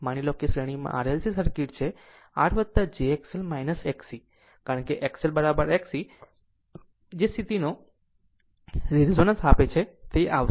માની લો કે શ્રેણીમાં RLC સર્કિટ છે R jXL XC જ્યારે XLXC જે સ્થિતિનો રેઝોનન્સ આપે છે તે આવશે